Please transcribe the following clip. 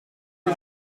des